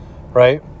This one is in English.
Right